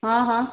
हा हा